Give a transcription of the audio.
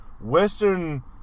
Western